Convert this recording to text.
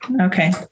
Okay